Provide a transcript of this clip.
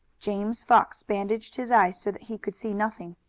james fox bandaged his eyes so that he could see nothing.